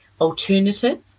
alternative